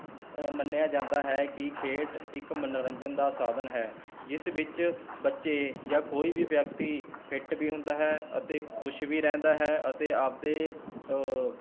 ਮੰਨਿਆ ਜਾਂਦਾ ਹੈ ਕਿ ਖੇਡ ਇੱਕ ਮਨੋਰੰਜਨ ਦਾ ਸਾਧਨ ਹੈ ਜਿਸ ਵਿੱਚ ਬੱਚੇ ਜਾਂ ਕੋਈ ਵੀ ਵਿਅਕਤੀ ਫਿੱਟ ਵੀ ਹੁੰਦਾ ਹੈ ਅਤੇ ਖੁਸ਼ ਵੀ ਰਹਿੰਦਾ ਹੈ ਅਤੇ ਆਪਣੇ